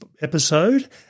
episode